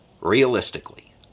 Realistically